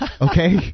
okay